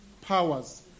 powers